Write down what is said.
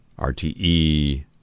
RTE